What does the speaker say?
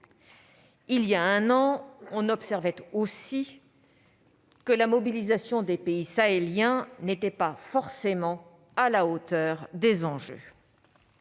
Il y a un an, on observait aussi que la mobilisation des pays sahéliens n'était pas forcément à la hauteur des enjeux.